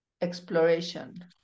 exploration